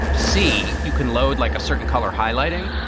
see you can load like a certain color highlighting.